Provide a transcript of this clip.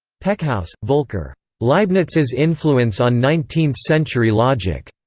peckhaus, volker. leibniz's influence on nineteenth century logic.